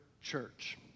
church